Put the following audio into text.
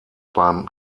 beim